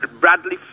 Bradley